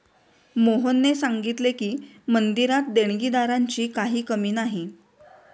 मोहनने सांगितले की, मंदिरात देणगीदारांची काही कमी नाही